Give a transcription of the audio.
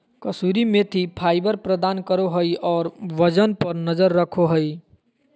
कसूरी methi fibre प्रदान करो हइ और वजन पर नजर रखो हइ